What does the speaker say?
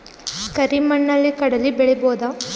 ಕರಿ ಮಣ್ಣಲಿ ಕಡಲಿ ಬೆಳಿ ಬೋದ?